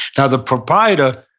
now, the proprietor,